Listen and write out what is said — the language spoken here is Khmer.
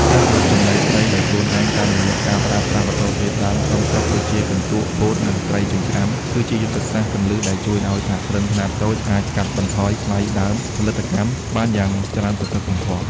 ការផលិតចំណីត្រីដោយខ្លួនឯងតាមរយៈការប្រើប្រាស់វត្ថុធាតុដើមក្នុងស្រុកដូចជាកន្ទក់ ពោត និងត្រីចិញ្ច្រាំ គឺជាយុទ្ធសាស្ត្រគន្លឹះដែលជួយឱ្យសហគ្រិនខ្នាតតូចអាចកាត់បន្ថយថ្លៃដើមផលិតកម្មបានយ៉ាងច្រើនសន្ធឹកសន្ធាប់។